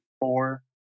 four